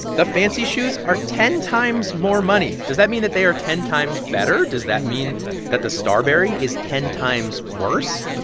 the fancy shoes are ten times more money. does that mean that they are ten times better? does that mean that the starbury is ten times worse?